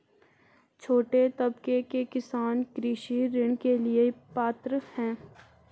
छोटे तबके के किसान कृषि ऋण के लिए पात्र हैं?